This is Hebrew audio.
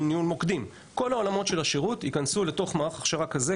ניהול מוקדים; כל העולמות של השירות ייכנסו לתוך מערך הכשרה כזה,